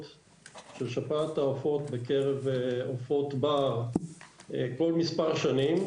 של שפעת העופות בקרב עופות בר כל מספר שנים.